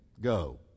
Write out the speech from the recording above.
go